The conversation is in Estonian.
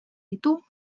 edu